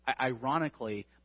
Ironically